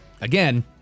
again